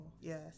yes